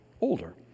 older